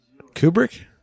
Kubrick